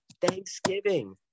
Thanksgiving